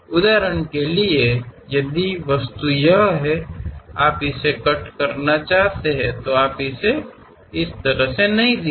ಉದಾಹರಣೆಗೆ ವಸ್ತುವು ಹೀಗಿದ್ದರೆ ನೀವು ಕತ್ತರಿಸಲು ಬಯಸುತ್ತೀರಿ ನೀವು ಅದನ್ನು ಆ ರೀತಿಯಲ್ಲಿ ತೋರಿಸುವುದಿಲ್ಲ